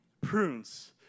prunes